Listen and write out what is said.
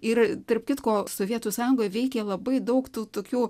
ir tarp kitko sovietų sąjungoj veikė labai daug tų tokių